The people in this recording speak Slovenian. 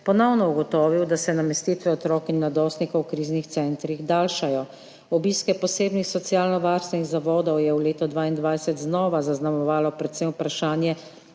ponovno ugotovil, da se namestitve otrok in mladostnikov v kriznih centrih daljšajo. Obiske posebnih socialnovarstvenih zavodov je v letu 2022 znova zaznamovalo predvsem vprašanje